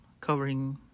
covering